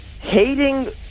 hating